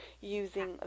using